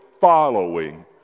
following